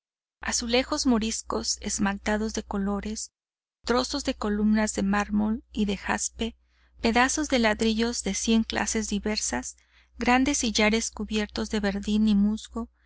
azulejos moriscos esmaltados de colores trozos de columnas de mármol y de jaspe pedazos de ladrillos de cien clases diversas grandes sillares cubiertos de verdín